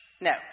No